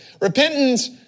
Repentance